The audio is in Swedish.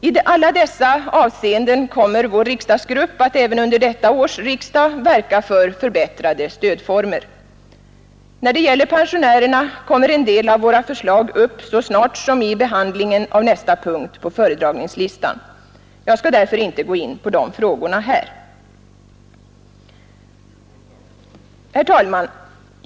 I alla dessa avseenden kommer vår riksdagsgrupp att även under detta års riksdag verka för förbättrade stödformer. När det gäller pensionärerna kommer en del av våra förslag upp så snart som vid behandlingen av nästa punkt på föredragningslistan. Jag skall därför inte g in på dessa frågor här. Herr talman!